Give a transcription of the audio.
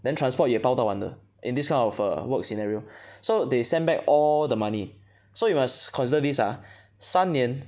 then transport 也包到完的 in this kind of err work scenario so they sent back all the money so you must consider these ah 三年